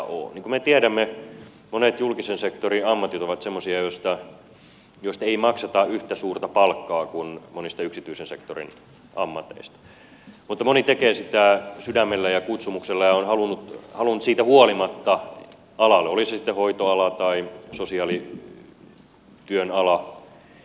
niin kuin me tiedämme monet julkisen sektorin ammatit ovat semmoisia joista ei makseta yhtä suurta palkkaa kuin monista yksityisen sektorin ammateista mutta moni tekee sitä sydämellä ja kutsumuksella ja on halunnut siitä huolimatta alalle oli se sitten hoitoala tai sosiaalityön ala